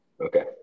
Okay